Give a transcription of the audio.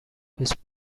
his